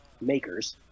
makers